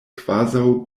kvazaŭ